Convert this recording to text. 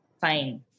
Fine